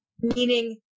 meaning